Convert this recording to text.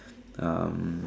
um